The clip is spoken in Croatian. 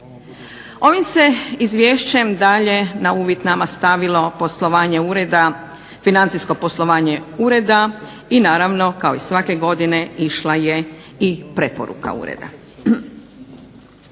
Ovim se izvješćem dalje na uvid nama stavilo poslovanje ureda, financijsko poslovanje ureda i naravno kao i svake godine išla je i preporuka ureda.